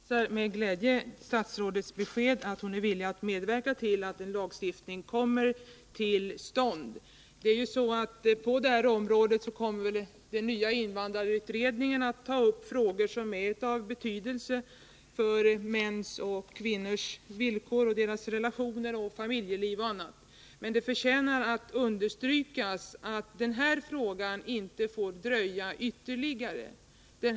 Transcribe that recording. Herr talman! Jag hälsar med glädje statsrådets besked att hon är villig medverka till att en lagstiftning kommer till stånd. På detta område kommer väl den nya invandrarutredningen att ta upp frågor som är av betydelse för mäns och kvinnors villkor och deras relationer, familjeliv och annat. Men det förtjänar understrykas att behandlingen av denna fråga inte får dröja ytterligare.